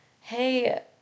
hey